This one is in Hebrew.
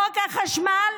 חוק החשמל,